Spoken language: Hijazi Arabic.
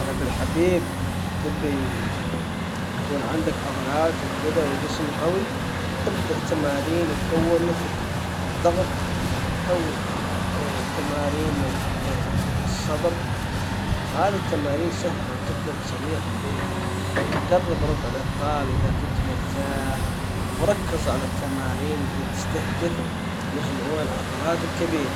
هلا بالحبيب تتبي يكون عندك عضلات وكذا وجسم قوي ابدأ تمارين القوة مثل الضغط او تمارين الصدر وهذي التمارين سهلة وتقدر تسويها في البيت جرب رفع الاثقال اذا كنت مرتاح وركز على التمارين اللي تستهدف مجموع العضلات الكبيرة.